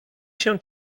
się